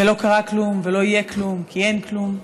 ולא קרה כלום ולא יהיה כלום כי אין כלום.